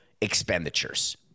expenditures